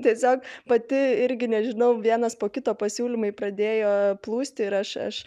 tiesiog pati irgi nežinau vienas po kito pasiūlymai pradėjo plūsti ir aš aš